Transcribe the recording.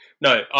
No